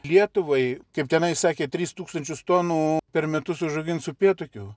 lietuvai kaip tenai sakė tris tūkstančius tonų per metus užaugins upėtakių